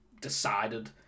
decided